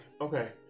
okay